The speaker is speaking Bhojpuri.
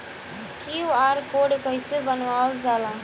क्यू.आर कोड कइसे बनवाल जाला?